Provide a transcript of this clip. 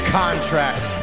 contract